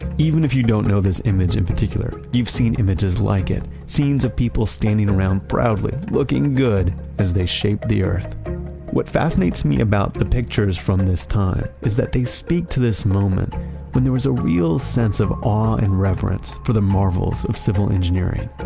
even if you don't know this image in particular, you've seen images like it, scenes of people standing around proudly, looking good as they shape the earth what fascinates me about the pictures from this time is that they speak to this moment when there was a real sense of awe and reverence for the marvels of civil engineering.